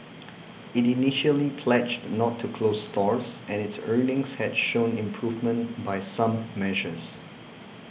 it initially pledged not to close stores and its earnings had shown improvement by some measures